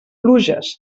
pluges